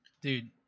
Dude